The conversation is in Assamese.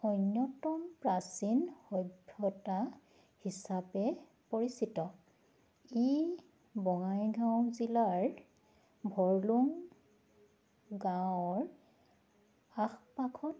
অন্যতম প্ৰাচীন সভ্যতা হিচাপে পৰিচিত ই বঙাইগাঁও জিলাৰ ভৰলুং গাঁৱৰ আশ পাশত